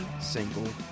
single